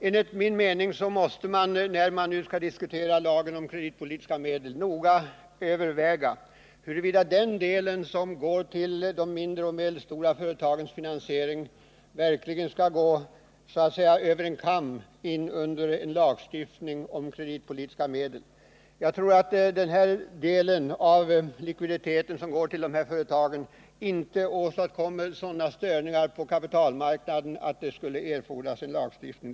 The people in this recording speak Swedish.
Enligt min mening måste vi, när vi nu skall diskutera lagen om kreditpolitiska medel, noga överväga huruvida den del som går till de mindre och medelstora företagens finansiering verkligen skall skäras över en kam och gå in under en lagstiftning om kreditpolitiska medel. Jag tror att den del av likviditeten som går till dessa företag inte åstadkommer sådana störningar på kapitalmarknaden att det erfordras en lagstiftning.